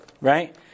right